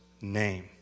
name